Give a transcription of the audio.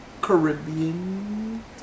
Caribbean